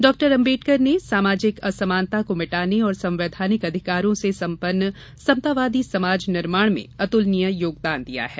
डॉ अम्बेडकर ने सामाजिक असमानता को मिटाने और संवैधानिक अधिकारों से सम्पन्न समतावादी समाज निर्माण में अतुलनीय योगदान दिया है